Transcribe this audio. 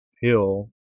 hill